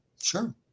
Sure